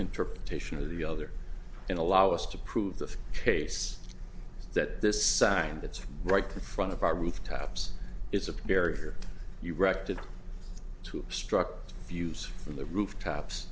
interpretation of the other and allow us to prove the case that this sign that's right the front of our booth taps is a barrier you directed to struck views from the rooftops